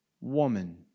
woman